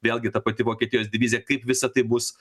vėlgi ta pati vokietijos divizija kaip visa tai bus